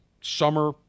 summer